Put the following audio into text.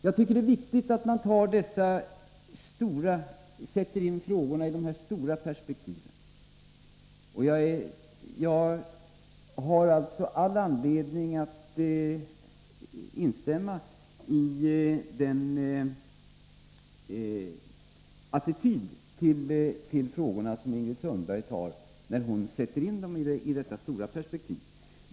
Jag tycker att det är viktigt att man sätter in frågorna i ett stort perspektiv, och jag har alltså all anledning att instämma i den attityd till frågorna som Ingrid Sundberg har när hon talar om detta stora perspektiv.